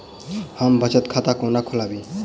हम बचत खाता कोना खोलाबी?